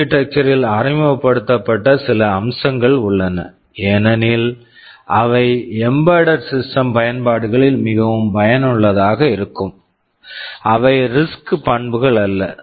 architecture architecture ல் அறிமுகப்படுத்தப்பட்ட சில அம்சங்கள் உள்ளன ஏனெனில் அவை எம்பெட்டெட் சிஸ்டம் embedded systems பயன்பாடுகளில் மிகவும் பயனுள்ளதாக இருக்கும் அவை ரிஸ்க் RISC பண்புகள் அல்ல